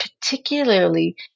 particularly